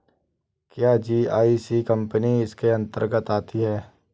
क्या GIC company इसके अन्तर्गत आती है?